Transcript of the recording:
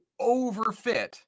overfit